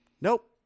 Nope